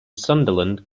sunderland